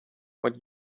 what